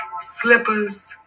slippers